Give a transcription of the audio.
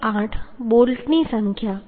6 બોલ્ટની ચાર સંખ્યા છે